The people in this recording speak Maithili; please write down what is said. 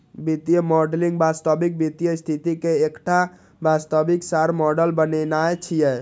वित्तीय मॉडलिंग वास्तविक वित्तीय स्थिति के एकटा वास्तविक सार मॉडल बनेनाय छियै